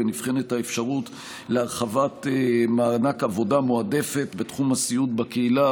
נבחנת האפשרות להרחבת מענק עבודה מועדפת בתחום הסיעוד בקהילה.